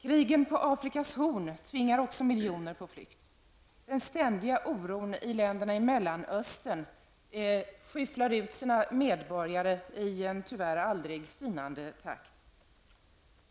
Krigen på Afrikas Horn tvingar också miljoner människor på flykt. Den ständiga oron i länderna i Mellanöstern skyfflar ut medborgarna i en tyvärr aldrig sinande takt.